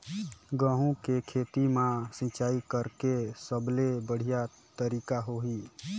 गंहू के खेती मां सिंचाई करेके सबले बढ़िया तरीका होही?